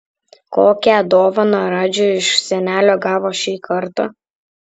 kokią dovaną radži iš senelio gavo šį kartą